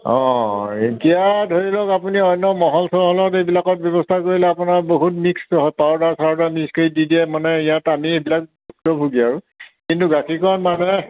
অঁ এতিয়া ধৰি লওক আপুনি অন্য মহল চহলত এইবিলাকত ব্যৱস্থা কৰিলে আপোনাৰ বহুত মিক্স পাউডাৰ চাউডাৰ মিক্স কৰি দি দিয়ে মানে ইয়াত আমি এইবিলাক ভুক্তভোগী আৰু কিন্তু গাখীৰকণ মানে